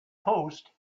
post